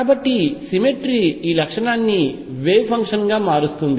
కాబట్టి సిమెట్రీ ఈ లక్షణాన్ని వేవ్ ఫంక్షన్ గా మారుస్తుంది